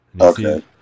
Okay